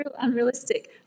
unrealistic